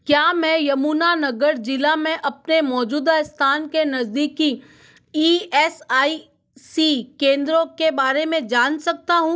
क्या मैं यमुना नगर ज़िले में अपने मौजूदा स्थान के नज़दीकी ई एस आई सी केंद्रों के बारे में जान सकता हूँ